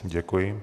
Děkuji.